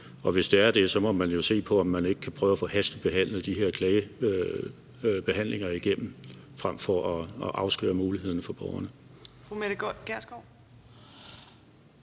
og hvis det er det, må man jo se på, om man ikke kan prøve at få en hastebehandling af de her klager igennem frem for at afskære mulighederne for borgerne.